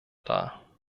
dar